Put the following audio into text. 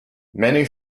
many